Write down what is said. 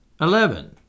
eleven